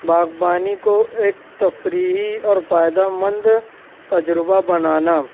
باغبانی کو ایک تفریحی اور فائدہ مند تجربہ بنانا